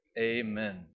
Amen